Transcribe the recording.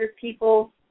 people